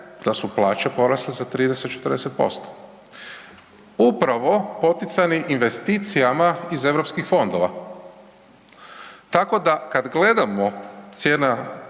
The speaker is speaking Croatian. da su plaće porasle za 30, 40% upravo poticani investicijama iz Europskih fondova. Tako da kad gledamo cijena